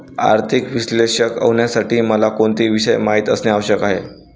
आर्थिक विश्लेषक होण्यासाठी मला कोणते विषय माहित असणे आवश्यक आहे?